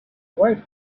wife